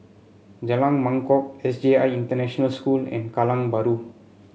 Jalan Mangkok S J I International School and Kallang Bahru